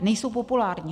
Nejsou populární.